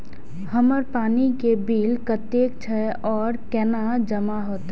हमर पानी के बिल कतेक छे और केना जमा होते?